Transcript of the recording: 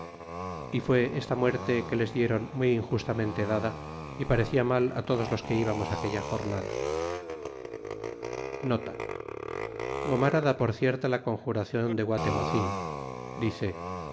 y fue esta muerte que les dieron muy injustamente dada y parecia mal todos los que ibamos aquella jornada volvamos ir gomara da por cierta la conjuracion de guatemocin dice